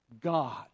God